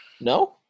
no